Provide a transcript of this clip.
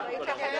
ננעלה